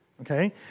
Okay